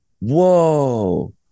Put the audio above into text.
Whoa